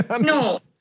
No